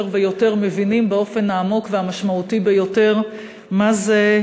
יותר ויותר מבינים באופן העמוק והמשמעותי ביותר מה זה,